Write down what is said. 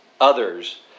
others